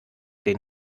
den